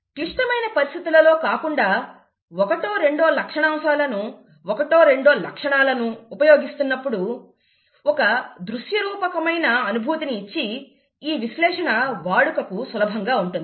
క్లిష్టమైన పరిస్థితిలలో కాకుండా ఒకటో రెండో లక్షణాంశాలను ఒకటో రెండో లక్షణాలను ఉపయోగిస్తున్నప్పుడు ఒక దృశ్యరూపకమైన అనుభూతిని ఇచ్చి ఈ విశ్లేషణ వాడుకకు సులభంగా ఉంటుంది